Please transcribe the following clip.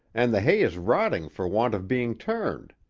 and the hay is rotting for want of being turned.